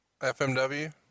FMW